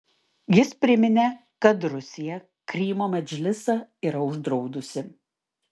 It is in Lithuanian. jis priminė kad rusija krymo medžlisą yra uždraudusi